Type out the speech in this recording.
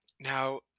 Now